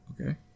okay